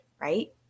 right